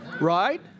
Right